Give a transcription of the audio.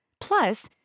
Plus